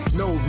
no